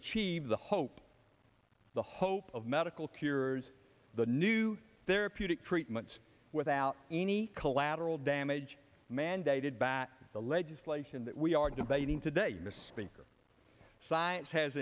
achieve the hope the hope of medical cures the new there appear to treatments without any collateral damage mandated by the legislation that we are debating today mr speaker science has